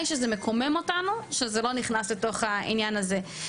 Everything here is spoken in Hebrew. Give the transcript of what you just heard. שזה מקומם אותנו שזה לא נכנס לתוך העניין הזה.